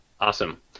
Awesome